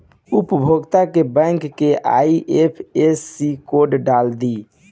उपभोगता के बैंक के आइ.एफ.एस.सी कोड डाल दी